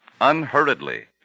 unhurriedly